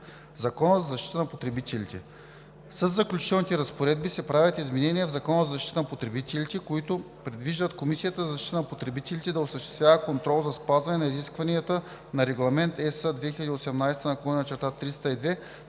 Закона за защита на потребителите. Със Заключителните разпоредби се правят изменения в Закона за защита на потребителите, които предвиждат Комисията за защита на потребителите да осъществява контрол за спазване на изискванията на Регламент (ЕС) 2018/302